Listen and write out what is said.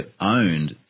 owned